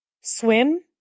swim